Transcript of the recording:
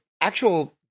actual